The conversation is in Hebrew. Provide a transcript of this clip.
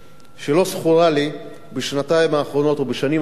שלא זכור לי בשנתיים האחרונות או בשנים האחרונות